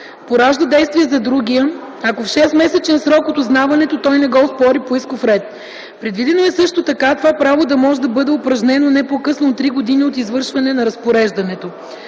поражда действие за другия, ако в шестмесечен срок от узнаването той не го оспори по исков ред. Предвидено е също така това право да може да бъде упражнено не по-късно от 3 години от извършване на разпореждането.